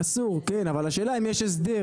אסור, כן, אבל השאלה אם יש הסדר?